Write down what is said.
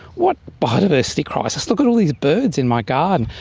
what biodiversity crisis? look at all these birds in my garden!